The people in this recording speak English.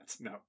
No